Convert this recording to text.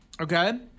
Okay